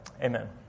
amen